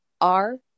R-